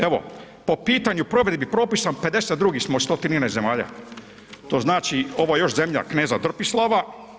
Evo po pitanju provedbi propisa 52 smo od 113 zemalja, to znači ovo je još zemlja kneza Trpislava.